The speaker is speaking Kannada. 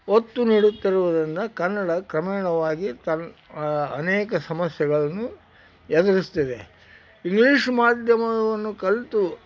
ಒತ್ತು ನೀಡುತ್ತಿರುವುದರಿಂದ ಕನ್ನಡ ಕ್ರಮೇಣವಾಗಿ ತನ್ನ ಅನೇಕ ಸಮಸ್ಯೆಗಳನ್ನು ಎದುರಿಸ್ತಿದೆ ಇಂಗ್ಲೀಷ್ ಮಾಧ್ಯಮವನ್ನು ಕಲಿತು